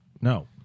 No